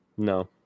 No